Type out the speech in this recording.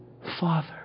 Father